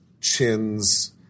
chins